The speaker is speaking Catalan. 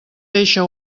deixa